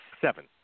seven